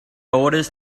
orders